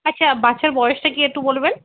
আচ্ছা বাচ্চার বয়সটা কী একটু বলবেন